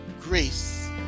grace